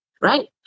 Right